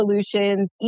solutions